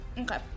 Okay